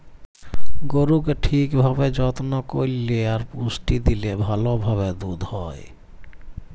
গরুকে ঠিক ভাবে যত্ন করল্যে আর পুষ্টি দিলে ভাল ভাবে দুধ হ্যয়